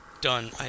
done